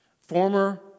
Former